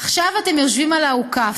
עכשיו אתם יושבים על האוכף,